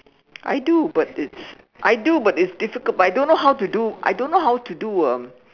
I do but it's I do but it's difficult but I don't know how to do I don't know how to do um